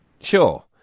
Sure